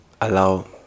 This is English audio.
allow